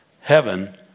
Heaven